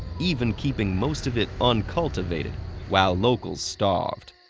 even keeping most of it uncultivated while locals starved.